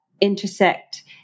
intersect